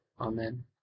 Amen